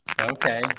Okay